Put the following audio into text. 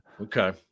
Okay